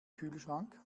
kühlschrank